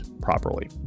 properly